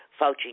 Fauci